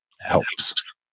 helps